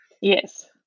Yes